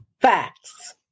facts